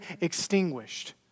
extinguished